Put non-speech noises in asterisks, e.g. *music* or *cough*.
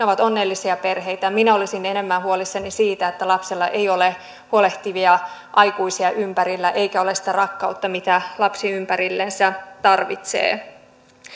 *unintelligible* ovat onnellisia perheitä minä olisin enemmän huolissani siitä että lapsella ei ole huolehtivia aikuisia ympärillä eikä ole sitä rakkautta mitä lapsi ympärillensä tarvitsee